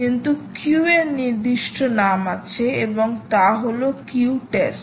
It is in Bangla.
কিন্তু কিউ এর নির্দিষ্ট নাম আছে এবং তা হল কিউ টেস্ট